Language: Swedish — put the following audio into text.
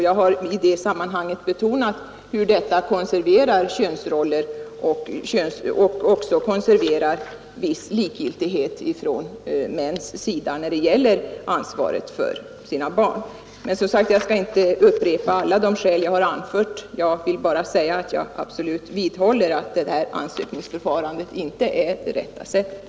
Jag har betonat hur detta konserverar könsroller och tar sig uttr likgiltighet från männens sida när det gäller ansvaret för sina barn. Men, som sagt, jag skall inte upprepa alla de s ag anfört. Jag vill bara säga att jag absolut vidhåller att ett ansökningsförfarande inte är det rätta sättet.